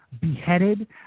beheaded